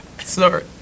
sorry